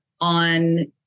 on